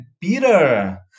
Peter